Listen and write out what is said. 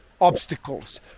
obstacles